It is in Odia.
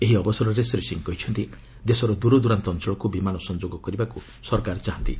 ଏହି ଅବସରରେ ଶ୍ରୀ ସିଂହ କହିଛନ୍ତି ଦେଶର ଦୂରଦୂରାନ୍ତ ଅଞ୍ଚଳକୁ ବିମାନ ସଂଯୋଗ କରିବାକୁ ସରକାର ଚାହାନ୍ତି